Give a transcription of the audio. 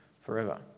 forever